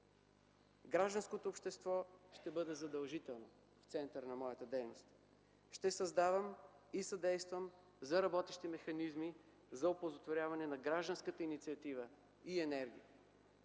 Гражданското общество ще бъде задължително в центъра на моята дейност. Ще създавам и съдействам за работещи механизми за оползотворяване на гражданската инициатива и енергия.